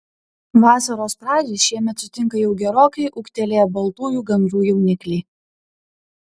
vasaros pradžią šiemet sutinka jau gerokai ūgtelėję baltųjų gandrų jaunikliai